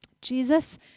Jesus